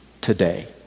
today